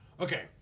Okay